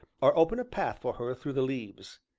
or open a path for her through the leaves.